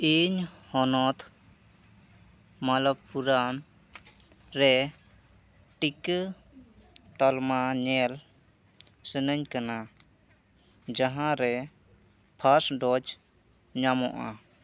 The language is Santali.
ᱤᱧ ᱦᱚᱱᱚᱛ ᱢᱟᱞᱚᱵᱽᱯᱩᱨᱟᱢ ᱨᱮ ᱴᱤᱠᱟᱹ ᱛᱟᱞᱢᱟ ᱧᱮᱞ ᱥᱟᱱᱟᱧ ᱠᱟᱱᱟ ᱡᱟᱦᱟᱸ ᱨᱮ ᱯᱷᱟᱥᱴ ᱰᱳᱡᱽ ᱧᱟᱢᱚᱜᱼᱟ